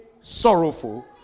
sorrowful